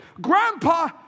Grandpa